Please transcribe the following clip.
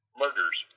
murders